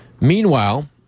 Meanwhile